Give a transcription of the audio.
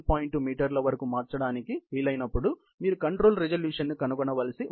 2 మీటర్ల వరకు మార్చడానికి వీలైనప్పుడు మీరు కంట్రోల్ రెజల్యూషన్ ను కనుగొనవలిసి ఉంటుంది